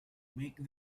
make